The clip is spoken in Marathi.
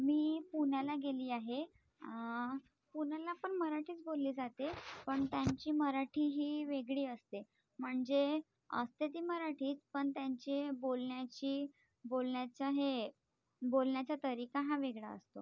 मी पुण्याला गेली आहे पुण्याला पण मराठीच बोलली जाते पण त्यांची मराठी ही वेगळी असते म्हणजे असते ती मराठीच पण त्यांचे बोलण्याची बोलण्याचं हे बोलण्याचा तरीका हा वेगळा असतो